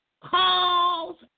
calls